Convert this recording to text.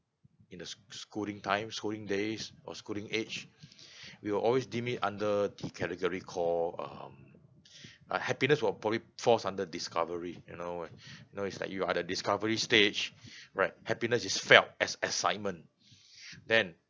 in the sc~ schooling times schooling days or schooling age we will always deem it under the category call um uh happiness will probably falls under discovery you know when know you are the discovery stage right happiness is felt as excitement then